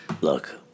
Look